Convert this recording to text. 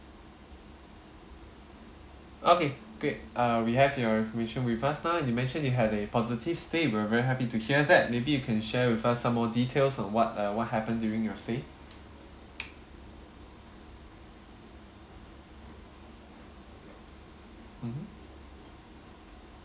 okay great uh we have your information with us now and you mentioned you had a positive stay we're very happy to hear that maybe you can share with us some more details on what uh what happened during your stay mmhmm